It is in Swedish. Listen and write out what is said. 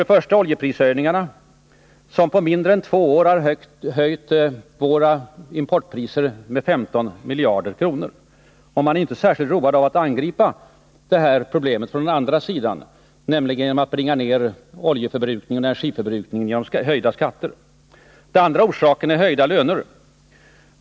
En orsak är oljeprishöjningarna, som på mindre än två år har höjt våra importpriser med 15 miljarder kronor. Man är inte särskilt road av att angripa detta problem från andra sidan, nämligen genom att bringa ner oljeförbrukningen och energiförbrukningen med höjda skatter. En annan orsak är höjda löner.